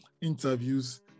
interviews